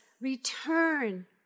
return